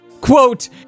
Quote